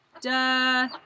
Duh